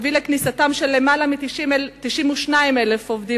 תביא לכניסתם של למעלה מ-92,000 עובדים